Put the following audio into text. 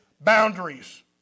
boundaries